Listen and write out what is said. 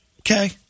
okay